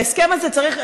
ההסכם הזה צריך,